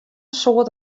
soad